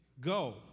go